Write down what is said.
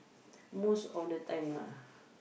most of the time lah